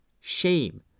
Shame